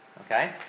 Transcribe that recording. okay